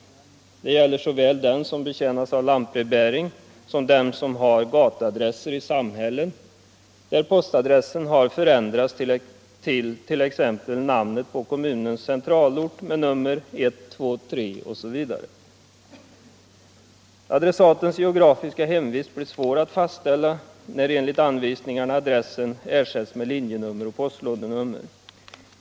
Detta gäller såväl dem som betjänas av lantbrevbäring som dem som har gatuadresser i samhällen, där postadressen har förändrats till t.ex. namnet på kommunens centralort med tillägg av ett nummer, 1,2,3 osv. Adressatens geografiska hemvist blir svår att fastställa, när enligt anvisningarna adressen ersätts med linjenummer och postlådenummer.